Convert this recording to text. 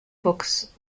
books